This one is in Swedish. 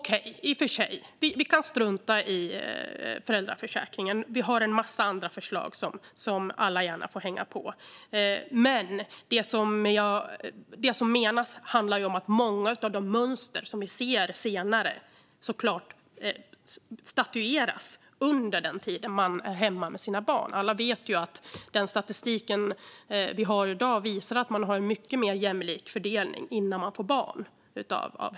Fru talman! Okej! Vi kan i och för sig strunta i föräldraförsäkringen. Vi har en massa andra förslag som alla gärna får hänga på. Men det handlar om att många av de mönster som vi ser senare statueras under den tid man är hemma med sina barn. Alla vet att statistiken i dag visar att fördelningen av hemarbetet är mycket mer jämlik innan man får barn.